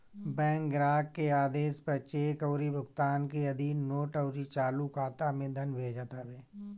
bank ग्राहक के आदेश पअ चेक अउरी भुगतान के अधीन नोट अउरी चालू खाता में धन भेजत हवे